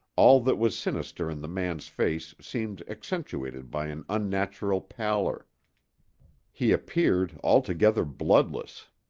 all that was sinister in the man's face seemed accentuated by an unnatural pallor he appeared altogether bloodless.